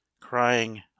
crying